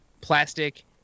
plastic